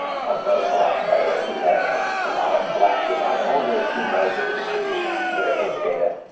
called mode collapse, by the way. it's even got a name. the model collapses on to only a few modes of the distribution that are in the data